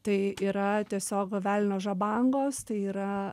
tai yra tiesiog velnio žabangos tai yra